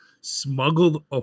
smuggled